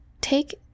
take